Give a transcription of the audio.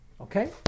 Okay